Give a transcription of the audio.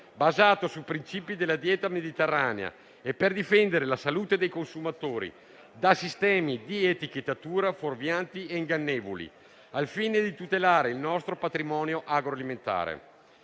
basato sui principi della dieta mediterranea e per difendere la salute dei consumatori da sistemi di etichettatura fuorvianti e ingannevoli, al fine di tutelare il nostro patrimonio agroalimentare;